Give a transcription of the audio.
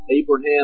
Abraham